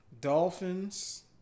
Dolphins